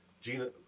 Gina